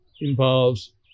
involves